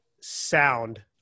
sound